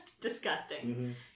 disgusting